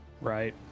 right